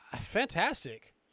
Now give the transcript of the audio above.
fantastic